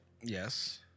Yes